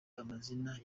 amazina